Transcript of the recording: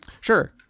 Sure